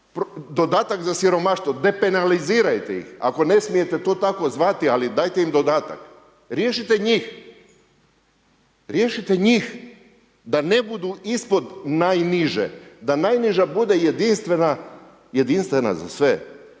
dodatak za siromaštvo, depanalizirajte ih, ako ne smijete to tako zvati, ali dajte im dodatak, riješite njih, riješite njih da ne budu ispod najniže, da najniža bude jedinstvena za sve.